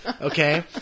Okay